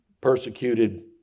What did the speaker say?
persecuted